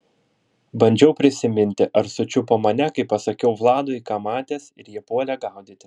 bandžiau prisiminti ar sučiupo mane kai pasakiau vladui ką matęs ir jie puolė gaudyti